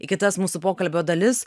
į kitas mūsų pokalbio dalis